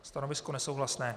Stanovisko nesouhlasné.